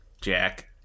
Jack